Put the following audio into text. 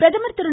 பிரதமர் திரு